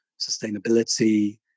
sustainability